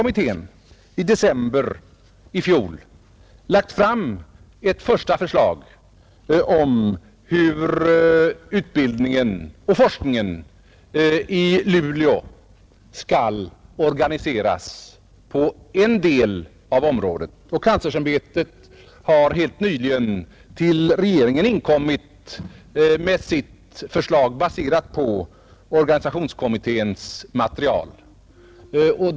I december i fjol lade kommittén fram ett första förslag om hur utbildningen och forskningen i Luleå skall organiseras på en del av området, och kanslersämbetet har helt nyligen till regeringen inkommit med sitt förslag, baserat på organisationskommitténs material.